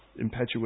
impetuous